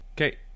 Okay